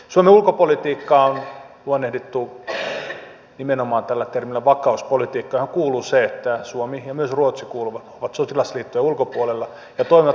suomen ulkopolitiikkaa on luonnehdittu nimenomaan tällä termillä vakauspolitiikka johon kuuluu se että suomi ja myös ruotsi ovat sotilasliittojen ulkopuolella ja toimivat vakauttavina tekijöinä